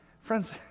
Friends